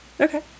Okay